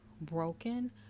broken